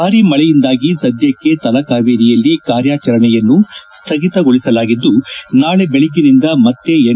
ಭಾರೀ ಮಳೆಯಿಂದಾಗಿ ಸದ್ಯಕ್ಕೆ ತಲಕಾವೇರಿಯಲ್ಲಿ ಕಾರ್ಯಾಚರಣೆಯನ್ನು ಸ್ಥಗಿತಗೊಳಿಸಲಾಗಿದ್ದು ನಾಳೆ ಬೆಳಗ್ಗಿನಿಂದ ಮತ್ತೆ ಎನ್